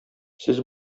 сез